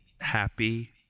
happy